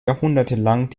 jahrhundertelang